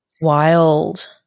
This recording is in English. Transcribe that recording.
Wild